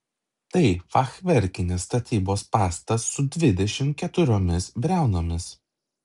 tai fachverkinės statybos pastatas su dvidešimt keturiomis briaunomis